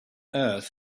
earth